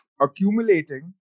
accumulating